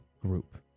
group